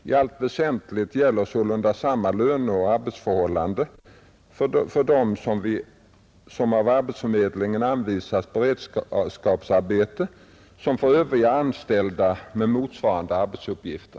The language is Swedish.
I allt väsentligt gäller sålunda samma löneoch arbetsförhållanden för dem som av arbetsförmedling anvisats beredskapsarbete som för övriga anställda med motsvarande arbetsuppgifter.